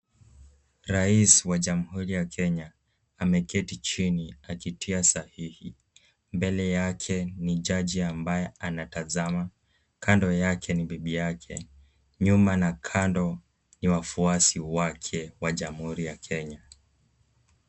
Rais wa Jamhuri ya Kenya ameketi chini akitia sahihi. Mbele yake ni jaji ambaye anatazama. Kando yake ni bibi yake. Nyuma na kando ni wafuasi wake wa Jamhuri ya Kenya.